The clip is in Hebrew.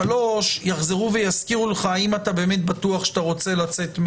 שלוש יחזרו ויזכירו לך: האם אתה באמת בטוח שאתה רוצה לצאת?